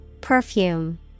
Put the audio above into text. Perfume